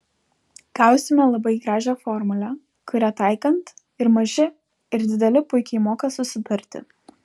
gausime labai gražią formulę kurią taikant ir maži ir dideli puikiai moka susitarti